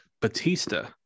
Batista